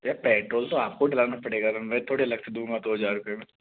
भैया पेट्रोल तो आपको डलाना पड़ेगा ना मैं थोड़ी अलग से दूँगा दो हज़ार रुपए में